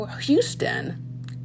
Houston